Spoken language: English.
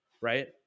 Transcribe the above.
right